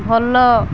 ଭଲ